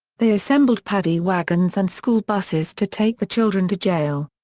they assembled paddy wagons and school buses to take the children to jail.